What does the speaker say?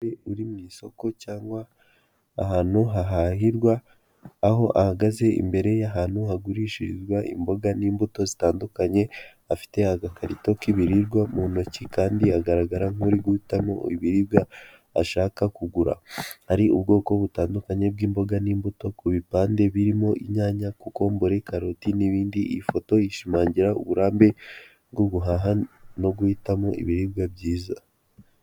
Uri mu isoko cyangwa ahantu hahahirwa aho ahagaze imbere y'ahantu hagurishirizwa imboga n'imbuto zitandukanye afite agakarito k'ibiribwa mu ntoki kandi agaragara nk'uri guhitamo ibiribwa ashaka kugura ari ubwoko butandukanye bw'imboga n'imbuto ku bipande birimo inyanya, concombre, karoti n'ibindi. Ifoto ishimangira uburambe bw'ubuhaha no guhitamo ibiribwa byiza.